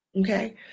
Okay